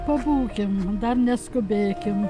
pabūkim dar neskubėkim